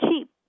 cheap